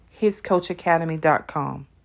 hiscoachacademy.com